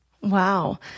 Wow